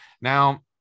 Now